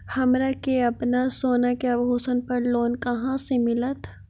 हमरा के अपना सोना के आभूषण पर लोन कहाँ से मिलत?